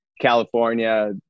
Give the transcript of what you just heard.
California